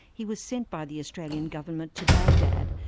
he was sent by the australian government to baghdad,